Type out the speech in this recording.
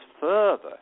further